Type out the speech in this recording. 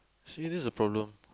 so is this a problem